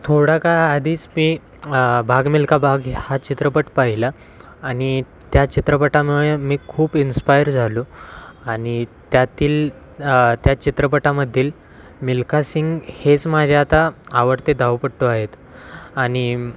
थोडा काळ आधीच मी भाग मिल्खा भाग हा चित्रपट पाहिला आणि त्या चित्रपटामुळे मी खूप इन्स्पायर झालो आणि त्यातील त्या चित्रपटामधील मिल्खा सिंग हेच माझे आता आवडते धावपटू आहेत आणि